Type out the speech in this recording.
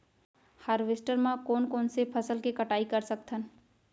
Harvester म कोन कोन से फसल के कटाई कर सकथन?